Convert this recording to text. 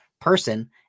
person